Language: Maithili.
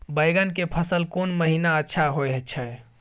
बैंगन के फसल कोन महिना अच्छा होय छै?